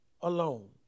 alone